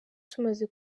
tumaze